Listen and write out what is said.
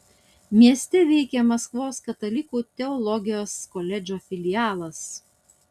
mieste veikia maskvos katalikų teologijos koledžo filialas